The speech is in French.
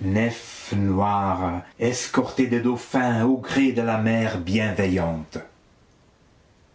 nef noire escortée des dauphins au gré de la mer bienveillante